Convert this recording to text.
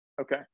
Okay